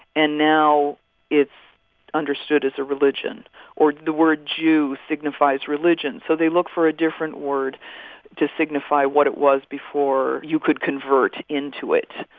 and now it's understood as a religion or the word jew signifies religion. so they look for a different word to signify what it was before you could convert into it.